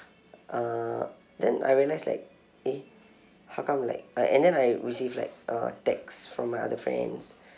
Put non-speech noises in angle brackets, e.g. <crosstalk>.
uh then I realise like eh how come like uh and then I receive like uh text from my other friends <breath>